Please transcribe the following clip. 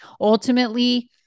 ultimately